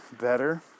better